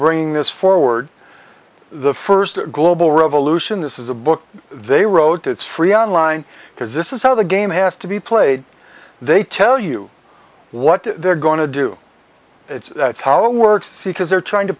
bringing this forward the first global revolution this is a book they wrote it's free on line because this is how the game has to be played they tell you what they're going to do it's how it works see because they're trying to